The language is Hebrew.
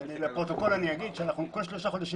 לפרוטוקול אומר שאנחנו כל שלושה חודשים